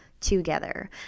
together